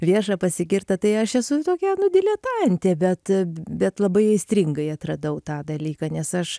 vieša pasigirta tai aš esu tokia nu diletantė bet bet labai aistringai atradau tą dalyką nes aš